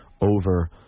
over